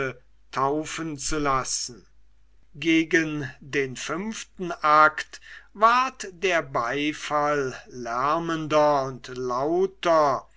taufen zu lassen gegen den fünften akt ward der beifall lärmender und lauter